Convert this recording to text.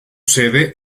sede